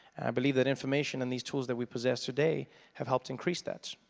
i believe that information and these tools that we possess today have helped increase that.